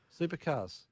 supercars